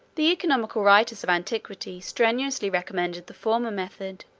the economical writers of antiquity strenuously recommend the former method,